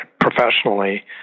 professionally